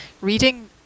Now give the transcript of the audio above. reading